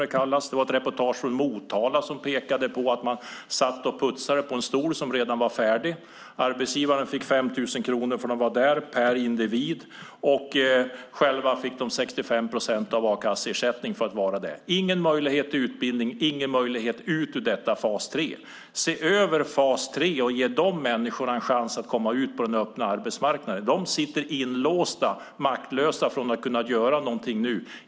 Det var ett reportage från Motala där man pekade på att de satt och putsade på en stol som redan var färdig. Arbetsgivaren fick 5 000 kronor per individ, och själva fick de 65 procent av a-kasseersättningen för att vara där. Det var ingen möjlighet till utbildning och ingen möjlighet att komma ut ur fas 3. Se över fas 3! Ge dessa människor en chans att komma ut på den öppna arbetsmarknaden! De sitter inlåsta och maktlösa.